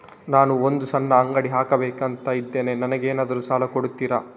ನಾನು ಒಂದು ಸಣ್ಣ ಅಂಗಡಿ ಹಾಕಬೇಕುಂತ ಇದ್ದೇನೆ ನಂಗೇನಾದ್ರು ಸಾಲ ಕೊಡ್ತೀರಾ?